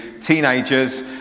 teenagers